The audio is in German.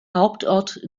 hauptort